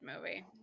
movie